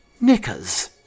knickers